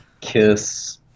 Kiss